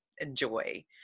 enjoy